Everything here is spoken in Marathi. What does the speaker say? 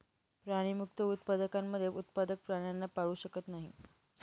प्राणीमुक्त उत्पादकांमध्ये उत्पादक प्राण्यांना पाळू शकत नाही